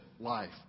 life